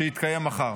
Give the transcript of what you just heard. שיתקיים מחר.